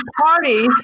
party